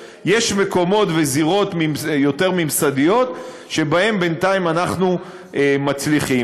יש מקומות וזירות יותר ממסדיים שבהם בינתיים אנחנו מצליחים.